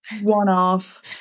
one-off